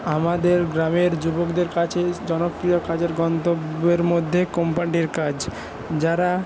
আমাদের গ্রামের যুবকদের কাছে জনপ্রিয় কাজের গন্তব্যের মধ্যে কম্পান্ডের কাজ যারা